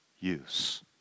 use